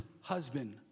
husband